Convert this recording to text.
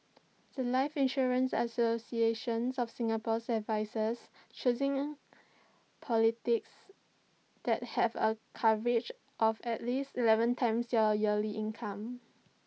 The Life insurance associations of Singapore's advises choosing policies that have A coverage of at least Eleven times your yearly income